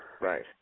right